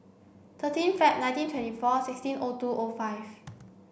thirteen Feb nineteen twenty four sixteen O two O five